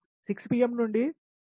6 pm నుండి 8 pmకు 1